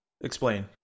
Explain